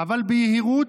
אבל ביהירות,